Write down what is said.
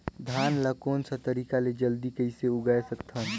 धान ला कोन सा तरीका ले जल्दी कइसे उगाय सकथन?